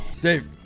Dave